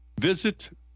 visit